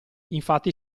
infatti